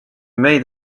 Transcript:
meid